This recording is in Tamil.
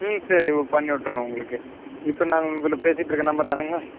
ம் சரி இப்போ பண்ணி விட்டர்றேன் உங்களுக்கு இப்போ நான் உங்களுக்கு பேசிட்ருக்கிற நம்பர் தானேங்க